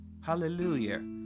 Hallelujah